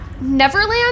Neverland